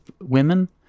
women